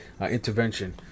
intervention